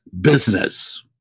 business